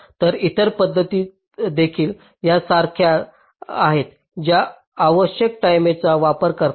तर इतर पद्धती देखील यासारख्या आहेत ज्या आवश्यक टाईमेचा वापर करतात